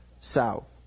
south